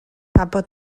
tapa